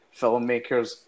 filmmakers